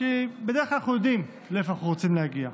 כי בדרך כלל אנחנו יודעים לאן אנחנו רוצים להגיע.